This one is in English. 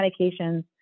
medications